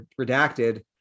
redacted